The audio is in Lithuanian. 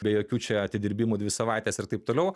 be jokių čia atidirbimų dvi savaites ir taip toliau